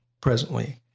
presently